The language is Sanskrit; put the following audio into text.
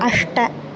अष्ट